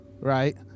right